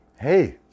hey